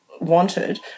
wanted